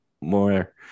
more